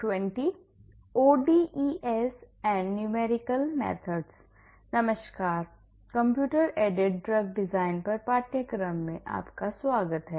सभी को नमस्कार कंप्यूटर एडेड ड्रग डिज़ाइन पर पाठ्यक्रम में आपका स्वागत है